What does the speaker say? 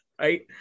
right